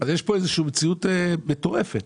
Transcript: יש פה מציאות מטורפת.